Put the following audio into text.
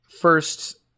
first